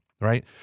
Right